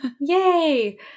Yay